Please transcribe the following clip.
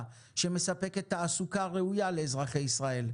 שמספקת תעסוקה ראויה לאזרחי ישראל,